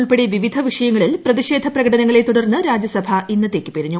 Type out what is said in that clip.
ഉൾപ്പെടെ പിപിധ വിഷയങ്ങളിൽ പ്രതിഷേന പ്രകടനങ്ങളെ തുടർന്ന് രാജ്യസഭ ഇന്നത്തേക്ക് പിരിഞ്ഞു